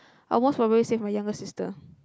I most probably save my younger sister